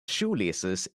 shoelaces